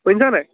শুনিছ নাই